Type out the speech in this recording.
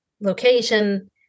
location